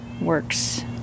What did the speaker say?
works